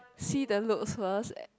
see the looks of us